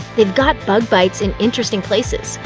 they've got bug bites in interesting places.